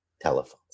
telephones